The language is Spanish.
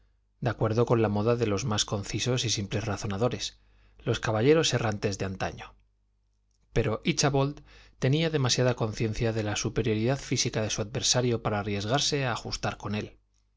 de acuerdo con la moda de los más concisos y simples razonadores los caballeros errantes de antaño pero íchabod tenía demasiada conciencia de la superioridad física de su adversario para arriesgarse a justar con él